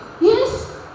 Yes